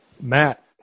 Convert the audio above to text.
Matt